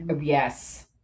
yes